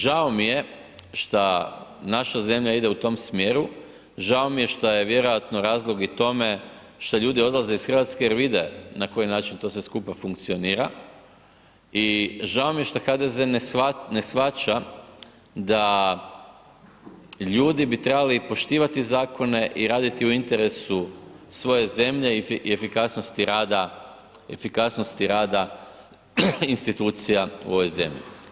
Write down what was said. Žao mi je šta naša zemlje ide u tom smjeru, žao mi je šta je vjerojatno i razlog tome šta ljudi odlaze iz Hrvatske jer vide ne koji način to sve skupa funkcionira i žao mi je što HDZ ne shvaća da ljudi bi trebati poštivati zakona i raditi u interesu svoje zemlje i efikasnosti rada, efikasnosti rada institucija u ovoj zemlji.